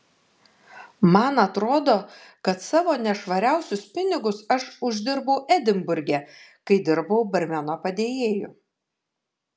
man atrodo kad savo nešvariausius pinigus aš uždirbau edinburge kai dirbau barmeno padėjėju